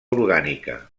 orgànica